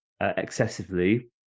excessively